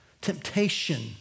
temptation